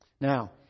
Now